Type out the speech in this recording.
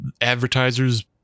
advertisers